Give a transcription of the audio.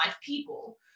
people